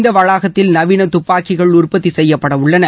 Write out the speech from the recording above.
இந்த வளாகத்தில் நவீன துப்பாக்கிகள் உற்பத்தி செய்யப்படவுள்ளன